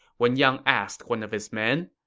wen yang asked one of his men.